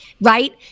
Right